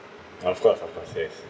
of course of course yes